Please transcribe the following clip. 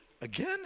again